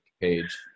page